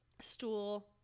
stool